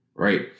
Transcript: Right